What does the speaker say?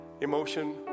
emotion